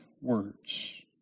words